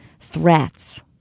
threats